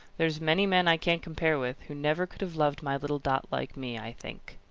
there's many men i can't compare with, who never could have loved my little dot like me, i think!